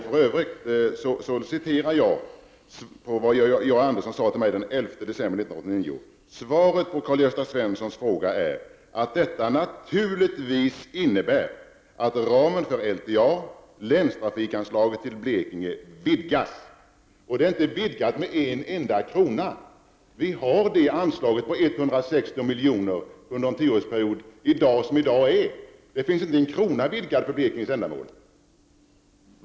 För övrigt citerar jag det Georg Andersson sade till mig den 11 december 1989: ”Svaret på Karl-Gösta Svensons fråga är att detta naturligtvis innebär att ramen för LTA, länstrafikanslaget till Blekinge, vidgas.” Och det är inte vidgat med en enda krona. Vi har det anslag på 160 milj.kr. under en tioårsperiod den dag som i dag är. Det finns inte en krona till ett vidgat anslag för Blekinges del.